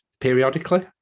periodically